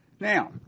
Now